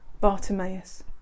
Bartimaeus